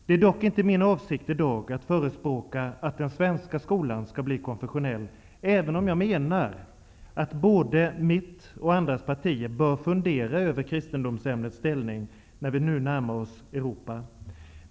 Det är dock inte min avsikt i dag att förespråka att den svenska skolan skall bli konfessionell, även om jag menar att både mitt och andras partier bör fundera över kristendomsämnets ställning när vi nu närmar oss Europa.